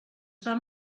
vam